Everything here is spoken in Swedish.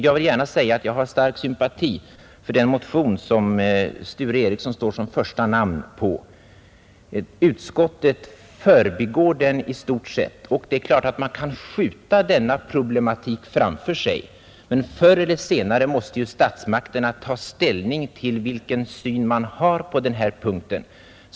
Jag vill gärna säga att jag har stark sympati för den motion som herr Sture Ericson står som första namn på. Utskottet förbigår den i stort sett, och det är klart att man kan skjuta denna problematik framför sig. Men förr eller senare måste statsmakterna ta ställning till vilken syn man har på denna punkt.